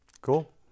Cool